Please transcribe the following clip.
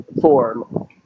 form